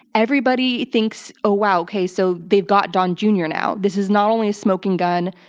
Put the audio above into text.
everybody thinks, oh wow, okay so they've got don, jr. now. this is not only a smoking gun.